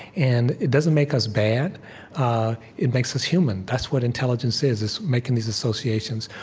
and it doesn't make us bad ah it makes us human. that's what intelligence is. it's making these associations.